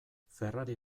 ferrari